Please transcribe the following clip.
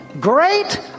great